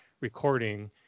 recording